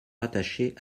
rattachée